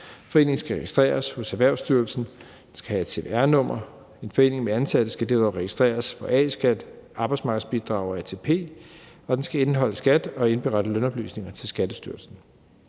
Foreningen skal registreres hos Erhvervsstyrelsen, den skal have et cvr-nummer, og en forening med ansatte skal derudover registreres for A-skat, arbejdsmarkedsbidrag og ATP, og den skal betale skat og indberette lønoplysninger til Skattestyrelsen.